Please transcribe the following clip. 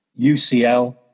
UCL